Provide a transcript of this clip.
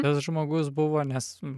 tas žmogus buvo nes